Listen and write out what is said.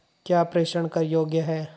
क्या प्रेषण कर योग्य हैं?